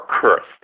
cursed